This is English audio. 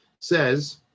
says